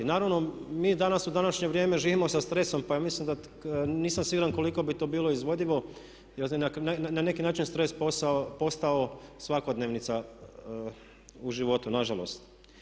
Naravno mi danas u današnje vrijeme živimo sa stresom pa mislim, nisam siguran koliko bi to bilo izvodivo jer na neki način je stres postao svakodnevnica u životu nažalost.